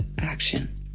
action